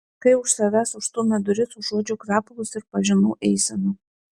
kai už savęs užstūmė duris užuodžiau kvepalus ir pažinau eiseną